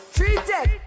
Treated